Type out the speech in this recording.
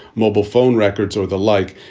mobile phone records or the like,